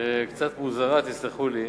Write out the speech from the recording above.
קצת מוזרה, תסלחו לי.